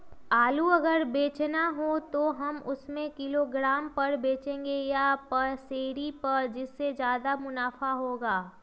आलू अगर बेचना हो तो हम उससे किलोग्राम पर बचेंगे या पसेरी पर जिससे ज्यादा मुनाफा होगा?